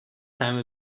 time